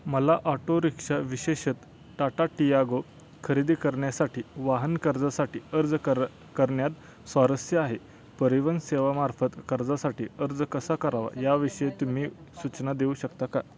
मला auto rickshaw विशेषतः टाटा टीयागो खरेदी करण्यासाठी वाहन कर्जासाठी अर्ज कर करण्यात स्वारस्य आहे परिवहन सेवामार्फत कर्जासाठी अर्ज कसा करावा याविषयी तुम्ही सूचना देऊ शकता का